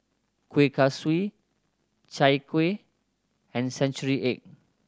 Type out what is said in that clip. Kueh Kaswi Chai Kueh and century egg